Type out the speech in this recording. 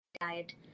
diet